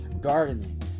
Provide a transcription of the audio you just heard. Gardening